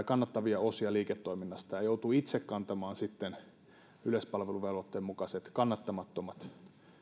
kannattavia osia liiketoiminnastaan ja joutuu itse kantamaan sitten yleispalveluvelvoitteen mukaiset kannattamattomat